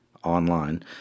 online